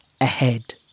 ahead